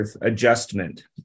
adjustment